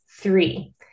three